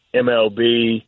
MLB